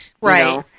Right